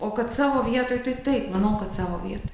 o kad savo vietoj tai taip manau kad savo vietoj